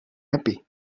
happy